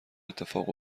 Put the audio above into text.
اتفاق